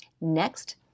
Next